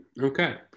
Okay